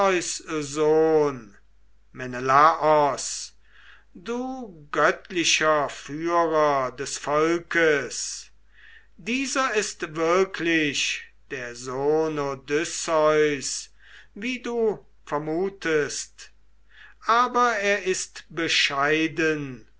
sohn menelaos du göttlicher führer des volkes dieser ist wirklich der sohn odysseus wie du vermutest aber er ist bescheiden